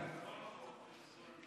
מילה אחת נגד ההפרות,